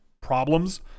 problems